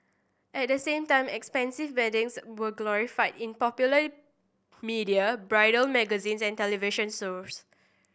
at the same time expensive weddings were glorified in popular media bridal magazines and television shows